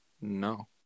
no